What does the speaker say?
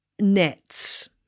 nets